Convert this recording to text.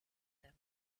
them